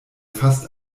fast